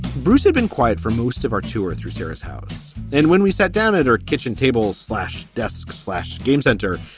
bruce had been quiet for most of our tour through here, his house. and when we sat down at her kitchen table, slash desk, slash game center,